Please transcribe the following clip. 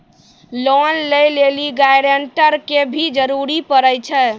Loan लै लेली guarantor के भी जरूरी पड़ै छै?